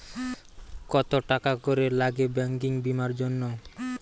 কত টাকা করে লাগে ব্যাঙ্কিং বিমার জন্য?